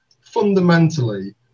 fundamentally